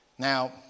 Now